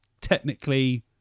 technically